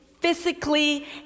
physically